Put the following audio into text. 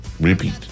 repeat